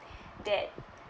that